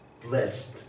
blessed